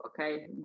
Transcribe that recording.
okay